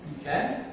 Okay